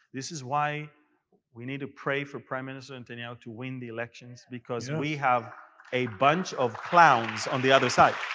this is why we need to pray for prime minister netanyahu and and ah to win the elections, because we have a bunch of clowns on the other side.